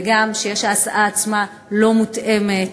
וגם שיש, ההסעה עצמה לא מותאמת,